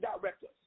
directors